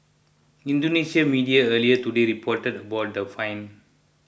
indonesian media earlier today reported about the fine